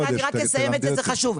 תלמדי אותי.